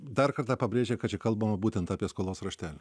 dar kartą pabrėžė kad čia kalbama būtent apie skolos raštelį